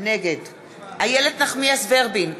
נגד איילת נחמיאס ורבין,